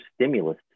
stimulus